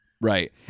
right